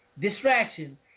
distraction